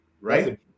right